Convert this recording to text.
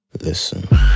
Listen